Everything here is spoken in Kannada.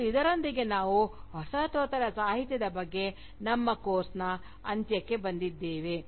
ಮತ್ತು ಇದರೊಂದಿಗೆ ನಾವು ವಸಾಹತೋತ್ತರ ಸಾಹಿತ್ಯದ ಬಗ್ಗೆ ನಮ್ಮ ಕೋರ್ಸ್ನ ಅಂತ್ಯಕ್ಕೆ ಬರುತ್ತೇವೆ